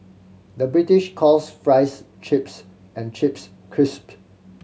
the British calls fries chips and chips crisp